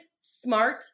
smart